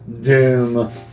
doom